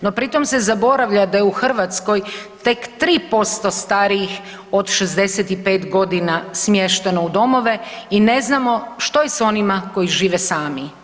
No pri tom se zaboravlja da je u Hrvatskoj tek 3% starijih od 65 godina smješteno u domove i ne znamo što je s onima koji žive sami.